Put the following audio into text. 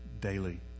daily